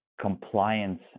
compliance